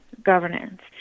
governance